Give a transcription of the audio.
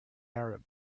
arab